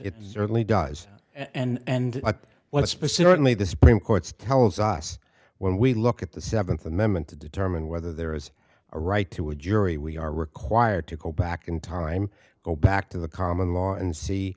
it certainly does and what specifically the supreme court's tells us when we look at the seventh amendment to determine whether there is a right to a jury we are required to go back in time go back to the common law and see